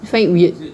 find it weird